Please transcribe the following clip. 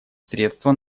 средства